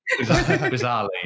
bizarrely